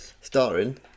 starring